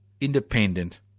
independent